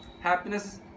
Happiness